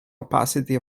opacity